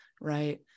right